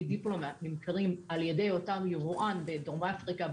דיפלומט נמכרים על ידי אותו יבואן בדרום אפריקה,